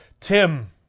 Tim